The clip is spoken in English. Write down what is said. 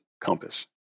compass